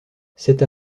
cette